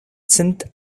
cent